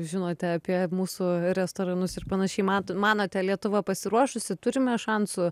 žinote apie mūsų restoranus ir panašiai matot manote lietuva pasiruošusi turime šansų